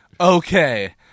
Okay